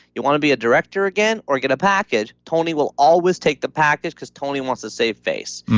you want to be a director again or get a package? tony will always take the package because tony wants to save face.